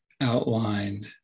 outlined